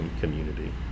community